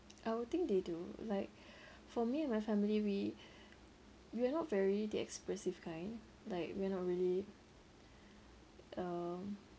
I would think they do like for me and my family we we are not very the expressive kind like we are not really um